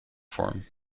form